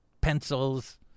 pencils